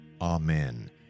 Amen